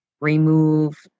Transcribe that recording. remove